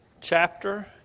chapter